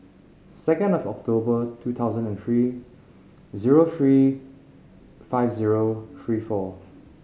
second of October two thousand and three zero three five zero three four